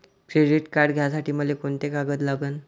Credit card घ्यासाठी मले कोंते कागद लागन?